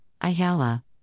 Ayala